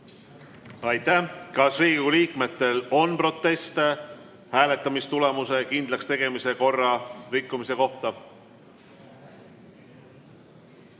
Aitäh! Kas Riigikogu liikmetel on proteste hääletamistulemuse kindlakstegemise korra rikkumise kohta?